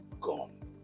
gone